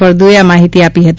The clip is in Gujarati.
ફળદ્દએ આ માહીતી આપી હતી